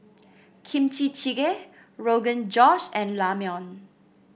Kimchi Jjigae Rogan Josh and Ramyeon